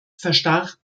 verstarb